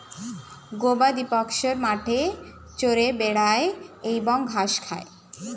গবাদিপশুরা মাঠে চরে বেড়ায় এবং ঘাস খায়